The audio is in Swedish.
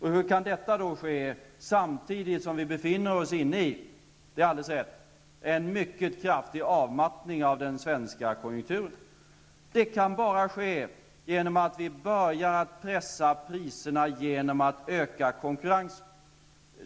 Hur kan detta ske samtidigt som vi befinner oss i, det är alldeles rätt, en mycket kraftig avmattning av den svenska konjunkturen? Det kan bara ske om vi börjar att pressa priserna genom att öka konkurrensen.